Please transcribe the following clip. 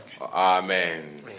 Amen